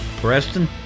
Preston